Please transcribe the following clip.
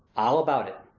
i'll about it.